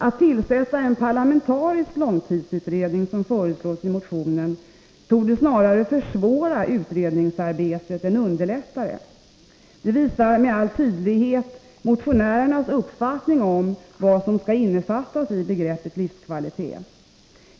Att tillsätta en parlamentarisk långtidsutredning, som föreslås i motionen, torde snarare försvåra utredningsarbetet än underlätta det. Det visar med all tydlighet motionärernas uppfattning om vad som skall innefattas i begreppet livskvalitet.